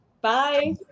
Bye